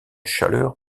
chaleurs